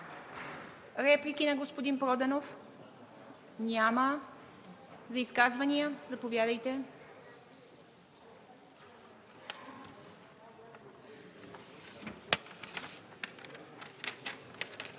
Реплики на господин Проданов? Няма. За изказвания? Заповядайте.